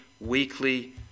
weekly